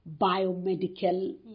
biomedical